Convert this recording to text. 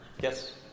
Yes